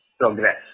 Progress